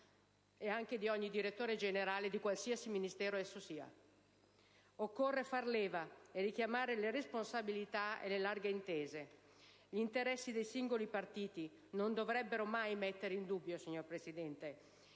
ed anche di ogni direttore generale, di qualsiasi Ministero esso sia. Occorre fare leva e richiamare la responsabilità e le larghe intese. Gli interessi dei singoli partiti non dovrebbero mai mettere in dubbio, signor Presidente,